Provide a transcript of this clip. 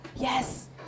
Yes